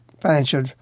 financial